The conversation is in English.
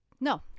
No